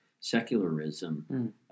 secularism